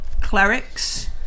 clerics